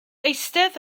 eistedd